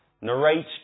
narrate